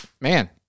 Man